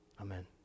Amen